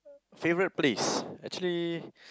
favorite place actually